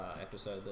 episode